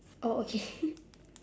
oh okay